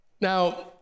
Now